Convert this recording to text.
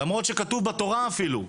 למרות שכתוב בתורה אפילו.